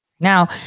Now